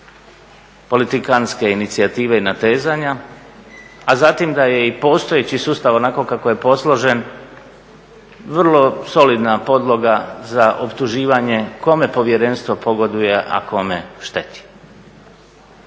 politikantske inicijative i natezanja, a zatim i da je postojeći sustav onako kako je posložen vrlo solidna podloga za optuživanje kome Povjerenstvo pogoduje, a kome šteti.